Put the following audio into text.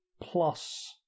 plus